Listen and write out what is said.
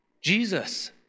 Jesus